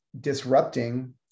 disrupting